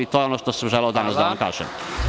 To je ono što sam želeo danas da vam kažem.